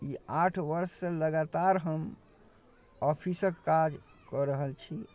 ई आठ वर्षसँ लगातार हम ऑफिसके काज कऽ रहल छी